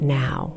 now